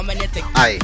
Aye